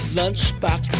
lunchbox